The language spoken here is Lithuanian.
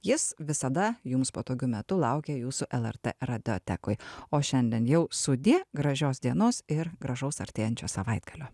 jis visada jums patogiu metu laukia jūsų lrt radiotekoj o šiandien jau sudie gražios dienos ir gražaus artėjančio savaitgalio